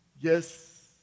yes